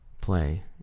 Play